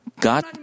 God